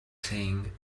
saying